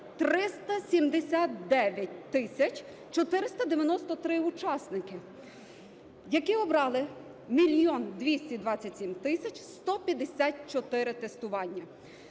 493 учасники, які обрали 1 мільйон 227 тисяч 154 тестування.